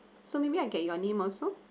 so maybe I get your name also